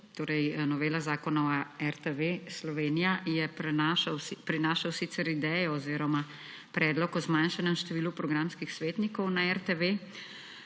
torej novela zakona o RTV Slovenija, je prinašal sicer idejo oziroma predlog o zmanjšanem številu programskih svetnikov na RTV,